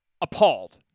appalled